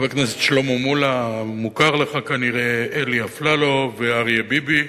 שלמה מולה, אלי אפללו ואריה ביבי